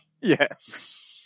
yes